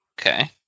Okay